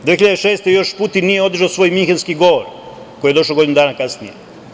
Godine 2006. još Putin nije održao svoj minhenski govor koji je došao godinu dana kasnije.